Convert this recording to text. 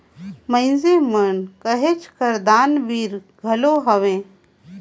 मइनसे मन कहेच कर दानबीर घलो हवें